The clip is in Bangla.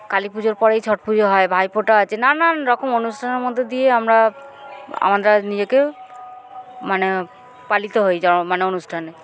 কালী পুজোর পরেই ছট পুজো হয় ভাইফোঁটা আছে নানান রকম অনুষ্ঠানের মধ্যে দিয়ে আমরা আমরা নিজেকে মানে পালিত হই জ মানে অনুষ্ঠানে